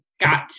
got